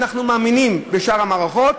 אנחנו מאמינים בשאר המערכות,